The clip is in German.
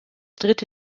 dritte